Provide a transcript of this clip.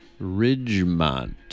Ridgemont